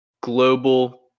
global